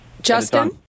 Justin